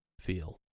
feel